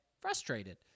frustrated